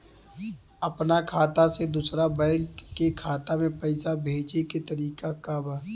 अपना खाता से दूसरा बैंक के खाता में पैसा भेजे के तरीका का बा?